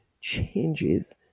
changes